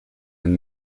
and